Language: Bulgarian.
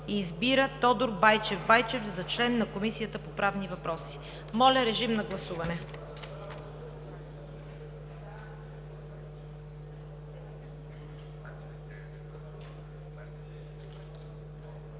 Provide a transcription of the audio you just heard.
2. Избира Тодор Байчев Байчев за член на Комисията по правни въпроси.“ Моля режим на гласуване.